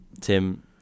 Tim